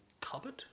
cupboard